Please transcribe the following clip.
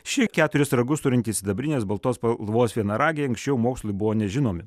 šie keturis ragus turinti sidabrinės baltos spalvos vienaragiai anksčiau mokslui buvo nežinomi